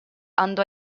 andò